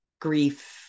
grief